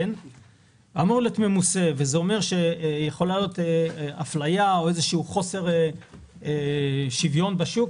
אומר שיכולה להיות אפליה או איזה שהוא חוסר שוויון בשוק